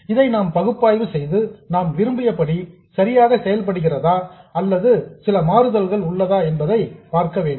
இதை நாம் பகுப்பாய்வு செய்து நாம் விரும்பியபடி சரியாக செயல்படுகிறதா அல்லது சில மாறுதல்கள் உள்ளதா என்பதை பார்க்க வேண்டும்